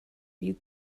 read